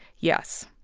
yes.